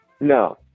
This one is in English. No